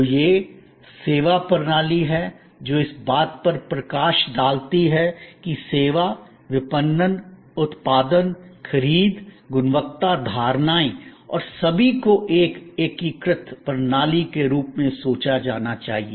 तो यह सेवा प्रणाली है जो इस बात पर प्रकाश डालती है कि सेवा विपणन उत्पादन खरीद गुणवत्ता धारणाएं और सभी को एक एकीकृत प्रणाली के रूप में सोचा जाना चाहिए